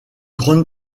grande